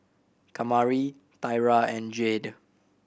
Kamari Thyra and Jayde